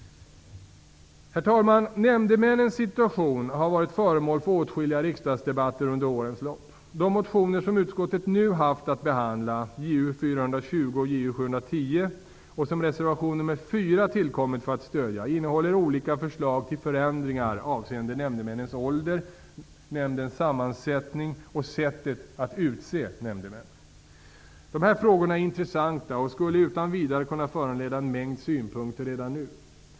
Herr talman! Nämndemännens situation har varit föremål för åtskilliga riksdagsdebatter under årens lopp. De motioner som utskottet nu haft att behandla, Ju420 och Ju710, och som reservation nr 4 tillkommit för att stödja, innehåller olika förslag till förändringar avseende nämndemännens ålder, nämndens sammansättning och sättet att utse nämndemän. Dessa frågor är intressanta och skulle utan vidare kunna föranleda en mängd synpunkter redan nu.